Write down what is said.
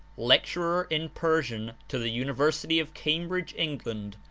lecturer in persian to the university of cambridge, england,